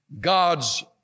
God's